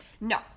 No